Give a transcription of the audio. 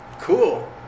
Cool